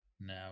now